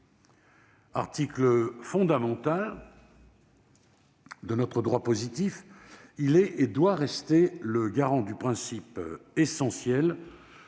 Article fondamental de notre droit positif, il est et doit rester le garant du principe essentiel